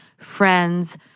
friends